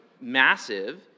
massive